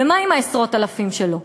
ומה עם עשרות האלפים שלא?